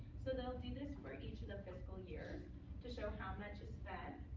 so they'll do this for each of the fiscal years to show how much is spend.